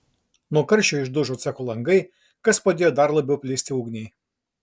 nuo karščio išdužo cecho langai kas padėjo dar labiau plisti ugniai